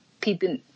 people